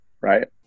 Right